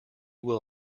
will